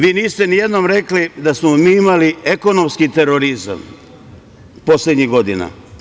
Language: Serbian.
Vi niste nijednom rekli da smo mi imali ekonomski terorizam poslednjih godina.